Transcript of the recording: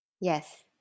Yes